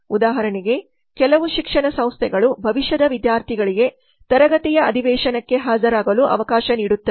ಉದಾಹರಣೆಗೆ ಕೆಲವು ಶಿಕ್ಷಣ ಸಂಸ್ಥೆಗಳು ಭವಿಷ್ಯದ ವಿದ್ಯಾರ್ಥಿಗಳಿಗೆ ತರಗತಿಯ ಅಧಿವೇಶನಕ್ಕೆ ಹಾಜರಾಗಲು ಅವಕಾಶ ನೀಡುತ್ತವೆ